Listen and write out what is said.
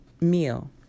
meal